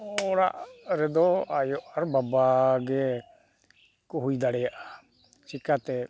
ᱚᱲᱟᱜ ᱨᱮᱫᱚ ᱟᱭᱳ ᱟᱨ ᱵᱟᱵᱟ ᱜᱮ ᱠᱚ ᱦᱩᱭᱫᱟᱲᱮᱭᱟᱜᱼᱟ ᱪᱤᱠᱟᱛᱮ